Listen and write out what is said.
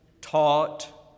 taught